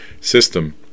system